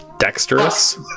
Dexterous